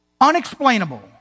Unexplainable